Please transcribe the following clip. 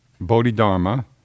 Bodhidharma